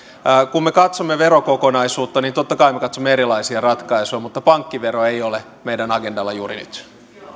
kun me katsomme verokokonaisuutta niin totta kai me katsomme erilaisia ratkaisuja mutta pankkivero ei ole meidän agendallamme juuri nyt